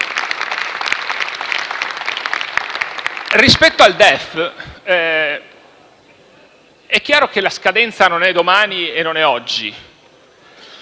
Rispetto al DEF, è chiaro che la scadenza non è domani e non è oggi,